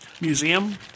museum